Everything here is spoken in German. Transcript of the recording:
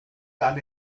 alle